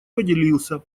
поделился